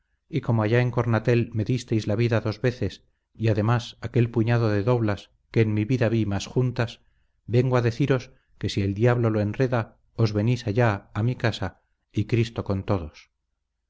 y como allá en cornatel me disteis la vida dos veces y además aquel puñado de doblas que en mi vida vi más juntas vengo a deciros que si el diablo lo enreda os venís allá a mi casa y cristo con todos